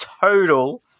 total